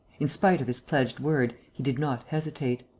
in spite of his pledged word, he did not hesitate.